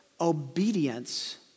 obedience